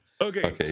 Okay